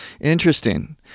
Interesting